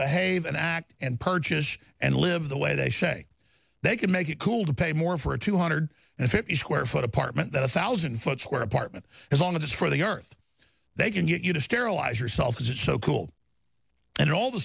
behave and act and purchase and live the way they say they can make it cool to pay more for a two hundred and fifty square foot apartment than a thousand foot square apartment as long as it's for the earth they can get you to sterilize yourselves it's so cool and all the